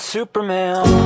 Superman